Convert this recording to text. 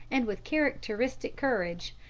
and with characteristic courage,